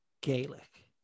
Gaelic